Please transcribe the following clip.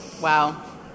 Wow